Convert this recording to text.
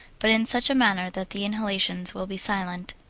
but in such a manner that the inhalations will be silent.